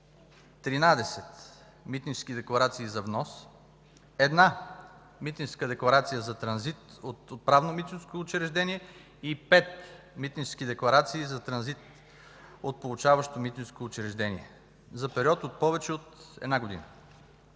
13 митнически декларации за внос, една митническа декларация за транзит от отправно митническо учреждение и пет митнически декларации за транзит от получаващо митническо учреждение, за период от повече от една година.